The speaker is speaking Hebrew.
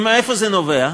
מאיפה זה נובע?